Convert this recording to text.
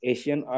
Asian